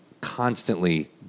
constantly